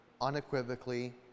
unequivocally